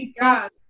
god